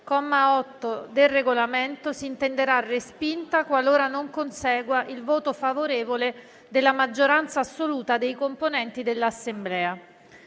del Regolamento, si intenderà respinta qualora non consegua il voto favorevole della maggioranza assoluta dei componenti dell'Assemblea.